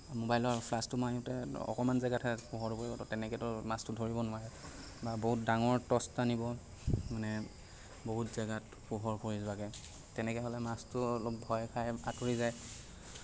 মোবাইলৰ ফ্লাছটো মাৰোতে অকণমান জাগাতহে পোহৰটো পৰিব তেনেকেটো মাছটো ধৰিব নোৱাৰে বা বহুত ডাঙৰ টৰ্চ আনিব মানে বহুত জাগাত পোহৰ পৰি যোৱাকে তেনেকে হ'লে মাছটো অলপ ভয় খাই আঁতৰি যায়